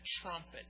trumpet